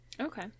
Okay